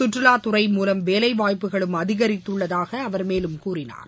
சுற்றுலாத்துறை மூலம் வேலை வாய்ப்புகளும் அதிகரித்துள்ளதாக அமைச்சர் மேலும் கூறினார்